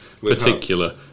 particular